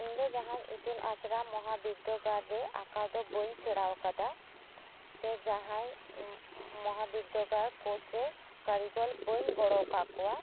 ᱤᱧ ᱫᱚ ᱡᱟᱦᱟᱸ ᱤᱛᱩᱱ ᱟᱥᱲᱟ ᱢᱚᱦᱟ ᱵᱤᱫᱫᱟᱹᱜᱟᱲ ᱨᱮ ᱟᱠᱟᱣ ᱫᱚ ᱵᱟᱹᱧ ᱥᱮᱬᱟᱣ ᱟᱠᱟᱫᱟ ᱥᱮ ᱡᱟᱦᱟᱸᱭ ᱢᱚᱦᱟ ᱵᱤᱫᱟᱹᱜᱟᱲ ᱠᱳᱨᱥ ᱨᱮ ᱠᱟᱨᱤᱜᱚᱞ ᱵᱟᱹᱧ ᱜᱚᱲᱚ ᱟᱠᱟᱫ ᱠᱚᱣᱟ